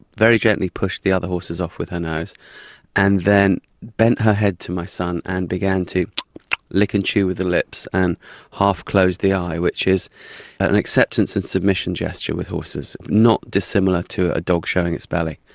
very gently pushed the other horses off with her nose and then bent her head to my son and began to lick and chew with her lips and half close the eye, which is an acceptance and submission gesture with horses, not dissimilar to a dog showing its belly.